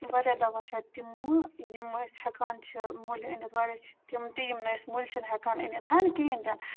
واریاہ دَوا چھِ اَتہِ تِمہٕ یِم أسۍ ہٮ۪کان چھِ مٔلۍ أنِتھ واریاہ چھِ تِم تہِ یِم نہٕ أسۍ مٔلۍ چھِنہٕ ہٮ۪کان أنِتھ کِہیٖنۍ تہِ نہٕ